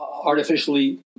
artificially